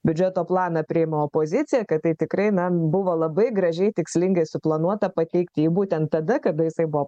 biudžeto planą priima opozicija kad tai tikrai na buvo labai gražiai tikslingai suplanuota pateikti jį būtent tada kada jisai buvo